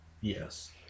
Yes